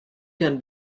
can